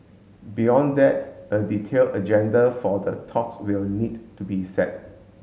beyond that a detailed agenda for the talks will need to be set